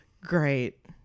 Great